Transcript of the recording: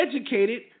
educated